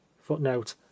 footnote